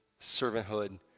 servanthood